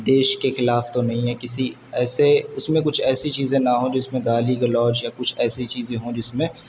دیش کے خلاف تو نہیں ہیں کسی ایسے اس میں کچھ ایسی چیزیں نہ ہوں جس میں گالی گلوج یا کچھ ایسی چیزیں ہوں جس میں